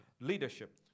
leadership